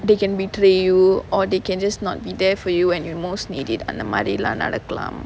they can betray you or they can just not be there for you and you most needed அந்த மாறிலாம் நடக்கலாம்:antha maarillaam nadakkalaam